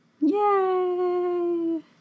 Yay